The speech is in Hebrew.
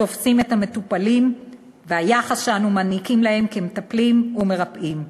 תופסים את המטופלים וביחס שאנו מעניקים להם כמטפלים ומרפאים.